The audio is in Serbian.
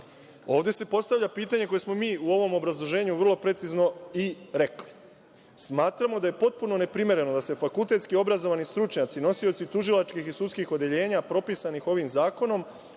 se postavlja pitanje koje smo mi u ovom obrazloženju vrlo precizno i rekli. Smatramo da je potpuno neprimereno da se fakultetski obrazovani stručnjaci i nosioci tužilačkih i sudskih odeljenja propisanih ovim zakonom,